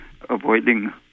avoiding